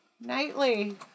nightly